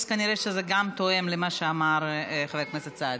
אז כנראה זה גם תואם את מה שאמר חבר הכנסת סעד.